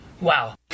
wow